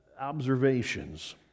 observations